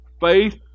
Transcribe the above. Faith